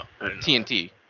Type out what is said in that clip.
TNT